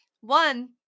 one